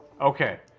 Okay